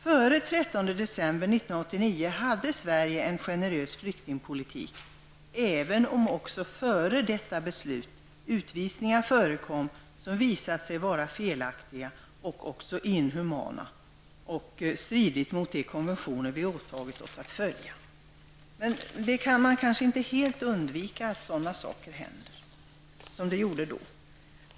Före den 13 december 1989 hade Sverige en generös flyktingpolitik, även om det också före detta beslut förekom utvisningar som visat sig vara felaktiga och även inhumana och som stridit mot de konventioner som vi har åtagit oss att följa. Men att sådana saker händer kan man kanske inte helt undvika.